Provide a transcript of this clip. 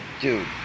Dude